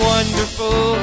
Wonderful